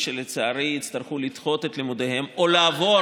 שלצערי יצטרכו לדחות את לימודיהם או לעבור